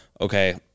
okay